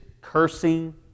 cursing